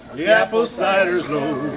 the apple ciders low!